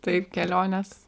taip kelionės